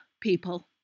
People